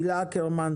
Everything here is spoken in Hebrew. הילה אקרמן,